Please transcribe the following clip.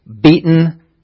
beaten